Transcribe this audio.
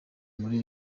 muri